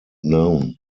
known